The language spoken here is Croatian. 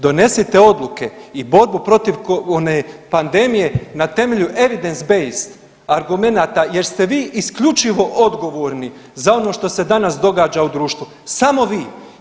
Donesite odluke i borbu protiv pandemije na temelju Evidence-Based argumenata jer ste vi isključivo odgovorni za ono što se danas događa u društvu, samo vi.